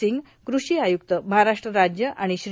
सिंग कृषी आय्क्त महाराष्ट्र राज्य आणि श्री